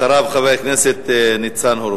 אחריו, חבר הכנסת ניצן הורוביץ.